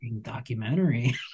documentary